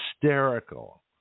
hysterical